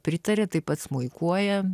pritarė taip pat smuikuoja